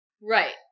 Right